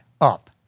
up